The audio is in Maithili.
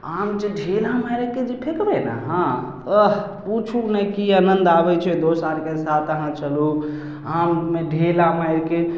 आमके ढेला मारिके जे फेकबै ने अहाँ अह पुछू नहि की अनन्द आबै छै दोस आरके साथ चलु आममे ढेला मारिके